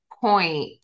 point